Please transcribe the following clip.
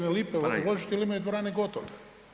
ni lipe uložiti jer imaju dvorane gotove.